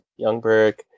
Youngberg